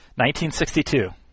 1962